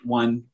one